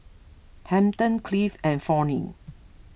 Hampton Cliff and Fronnie